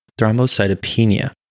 Thrombocytopenia